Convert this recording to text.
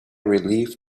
relieved